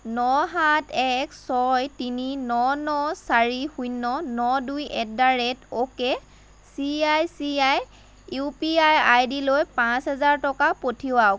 ন সাত এক ছয় তিনি ন ন চাৰি শূন্য ন দুই at the rate okay C I C I U P I I ডিলৈ পাঁচ হাজাৰ টকা পঠিৱাওক